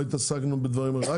לא התעסקנו בדברים אחרים,